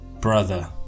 brother